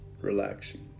relaxing